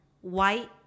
white